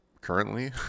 Currently